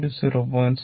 2 0